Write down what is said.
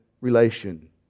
relation